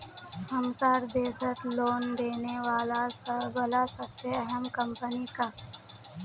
हमसार देशत लोन देने बला सबसे अहम कम्पनी क